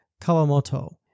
Kawamoto